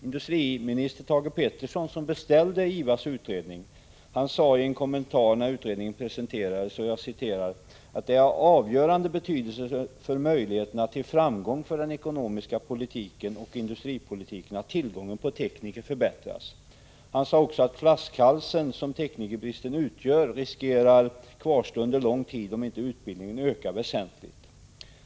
Industriminister Thage Peterson, som beställde IVA:s utredning, sade i en kommentar när utredningen presenterades: ”Det är av avgörande betydelse för möjligheterna till framgång för den ekonomiska politiken och industripolitiken att tillgången på tekniker förbättras.” Han sade också att den flaskhals som teknikerbristen utgör riskerar att kvarstå under lång tid, om inte utbildningen ökar väsentligt.